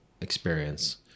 experience